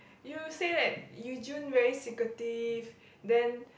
you say that Yu-Jun very secretive then